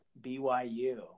BYU